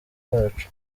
bacu